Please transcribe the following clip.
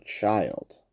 child